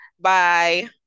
Bye